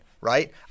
right